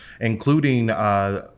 including